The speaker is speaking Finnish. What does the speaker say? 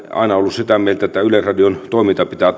sitä mieltä että yleisradion toiminta pitää